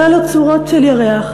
היו לו צורות של ירח,